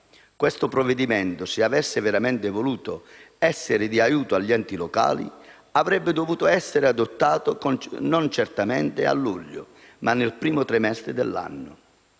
sono stati fatti. Se avesse veramente voluto essere di aiuto per gli enti locali, avrebbe dovuto essere adottato non certamente a luglio, ma nel primo trimestre dell'anno.